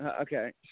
okay